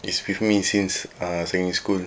is with me since uh secondary school